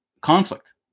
conflict